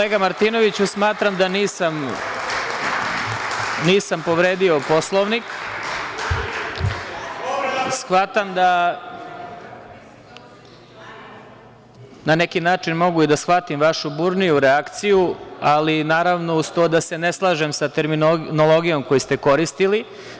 Kolega Martinoviću, smatram da nisam povredio Poslovnik. (Zoran Živković: Povreda Poslovnika.) Na neki način mogu i da shvatim vašu burniju reakciju, ali naravno uz to da se ne slažem sa terminologijom koju ste koristili.